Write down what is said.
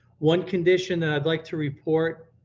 one condition that i'd like to report.